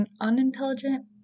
unintelligent